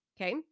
okay